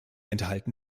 enthalten